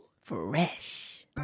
Fresh